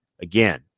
again